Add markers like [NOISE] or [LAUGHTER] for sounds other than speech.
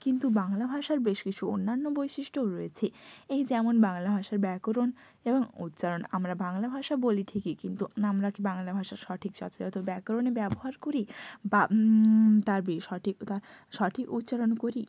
কিন্তু বাংলা ভাষার বেশ কিছু অন্যান্য বৈশিষ্ট্যও রয়েছে এই যেমন বাংলা ভাষার ব্যাকরণ এবং উচ্চারণ আমরা বাংলা ভাষা বলি ঠিকই কিন্তু আমরা কি বাংলা ভাষা সঠিক যথাযথ ব্যাকরণে ব্যবহার করি বা তার [UNINTELLIGIBLE] সঠিক তা সঠিক উচ্চারণ করি